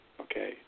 Okay